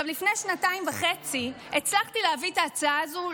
לפני זה שנתיים וחצי הצלחתי להביא את ההצעה הזו.